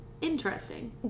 interesting